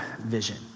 vision